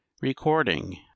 Recording